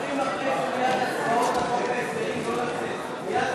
חברי הכנסת, מייד